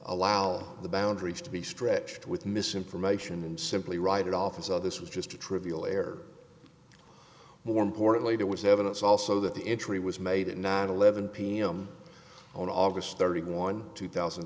allow the boundaries to be stretched with misinformation and simply write it off as of this was just a trivial err more importantly there was evidence also that the entry was made at nine eleven pm on august thirty one two thousand